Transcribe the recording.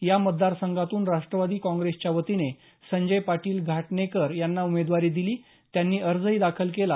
या मतदार संघातून राष्ट्रवादी काँग्रेसच्यावतीने संजय पाटील घाटणेकर यांना उमेदवारी दिली त्यांनी अर्जही दाखल केला